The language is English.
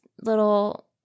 little